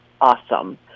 awesome